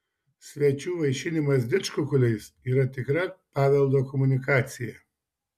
svečių vaišinimas didžkukuliais yra tikra paveldo komunikacija